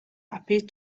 appeared